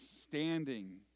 Standing